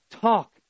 talk